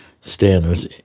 standards